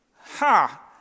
Ha